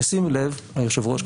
ישים לב היושב-ראש,